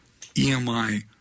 EMI